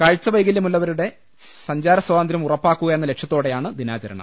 കാഴ്ച വൈകല്യമുള്ളവരുടെ സഞ്ചാരസ്വാതന്ത്രൃം ഉറപ്പാക്കുക എന്ന ലക്ഷ്യത്തോടെയാണ് ദിനാചരണം